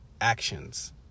actions